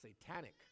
satanic